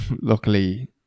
luckily